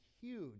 huge